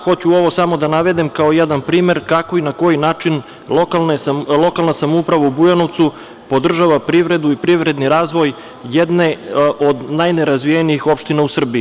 Hoću ovo da navedem kao jedan primer kako i na koji način lokalna samouprava u Bujanovcu podržava privredu i privredni razvoj jedne od najnerazvijenih opština u Srbiji.